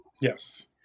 Yes